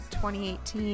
2018